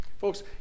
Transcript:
Folks